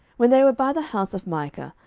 when they were by the house of micah,